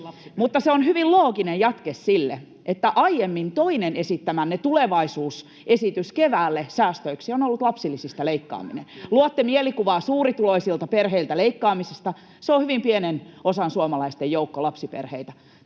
Mutta se on hyvin looginen jatke sille, että aiemmin toinen esittämänne tulevaisuusesitys keväälle säästöiksi on ollut lapsilisistä leikkaaminen. Luotte mielikuvaa suurituloisilta perheiltä leikkaamisesta — se on hyvin pienen osan suomalaisia joukko lapsiperheitä.